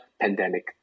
pandemic